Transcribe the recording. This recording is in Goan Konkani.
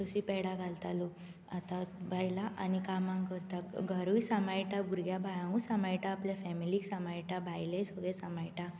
तशीं पॅडां घालता लोक आतां बायलां आनी कामाक करता घरूय सांबाळटा भुरग्यां बाळांकूय सांबाळटा आपल्या फॅमिलीक सांबाळटा भायलें सगळें सांबाळटा